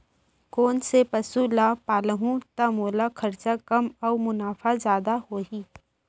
कोन से पसु ला पालहूँ त मोला खरचा कम अऊ मुनाफा जादा होही?